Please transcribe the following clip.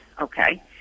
Okay